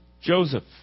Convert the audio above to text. Joseph